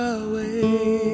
away